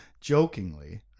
Jokingly